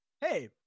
Hey